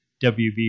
WB